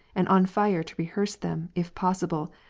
and onfire to rehearsethem, if possible,